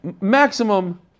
maximum